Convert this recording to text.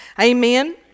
amen